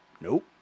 nope